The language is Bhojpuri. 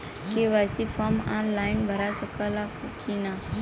के.वाइ.सी फार्म आन लाइन भरा सकला की ना?